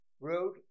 road